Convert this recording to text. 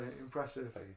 Impressive